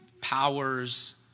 powers